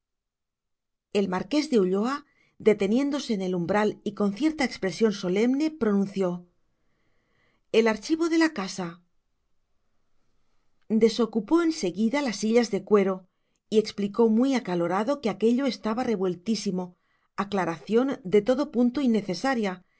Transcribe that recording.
el marqués de ulloa deteniéndose en el umbral y con cierta expresión solemne pronunció el archivo de la casa desocupó en seguida las sillas de cuero y explicó muy acalorado que aquello estaba revueltísimo aclaración de todo punto innecesaria y que